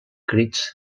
crits